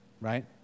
Right